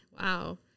wow